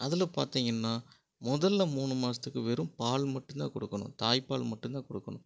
அதில் பார்த்தீங்கன்னா முதலில் மூணு மாதத்துக்கு வெறும் பால் மட்டும் தான் கொடுக்கணும் தாய்ப்பால் மட்டும் தான் கொடுக்கணும்